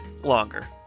longer